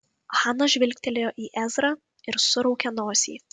hana žvilgtelėjo į ezrą ir suraukė nosį